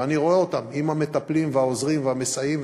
ואני רואה אותם עם המטפלים והעוזרים והמסייעים,